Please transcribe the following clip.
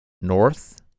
north